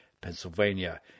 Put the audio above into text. Pennsylvania